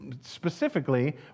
specifically